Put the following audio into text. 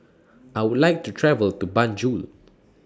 I Would like to travel to Banjul